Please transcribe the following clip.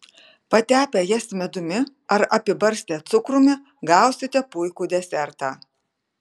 patepę jas medumi ar apibarstę cukrumi gausite puikų desertą